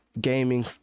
gaming